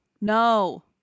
No